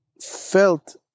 felt